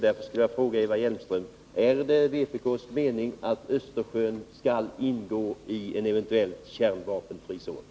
Därför skulle jag vilja fråga Eva Hjelmström: Är det vpk:s mening att Östersjön skall ingå i en eventuell kärnvapenfri zon?